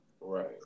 Right